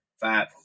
five